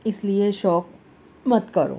اس لیے شوق مت کرو